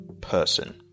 person